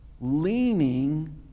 Leaning